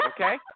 okay